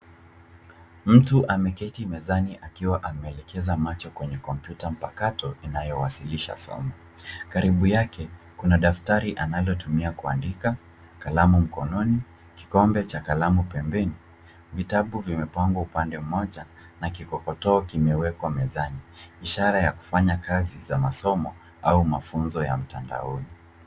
Mtu ameketi mezani akiwa amelekeza macho kwenye kompyuta mpakato inayowasilisha somo. Karibu yake kuna daftari analotumia kuandika, kalamu mkononi, kikombe cha kalamu pembeni. Vitabu vimepangwa upande mmoja na kikokoto kimewekwa mezani. Ishara ya kufanya kazi za masomo au mafunzo ya mtanadaoni.